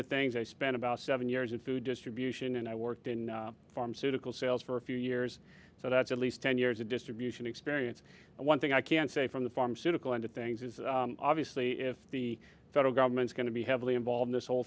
of things i spent about seven years in food distribution and i worked in pharmaceutical sales for a few years so that's at least ten years of distribution experience and one thing i can say from the pharmaceutical into things is obviously if the federal government's going to be heavily involved this whole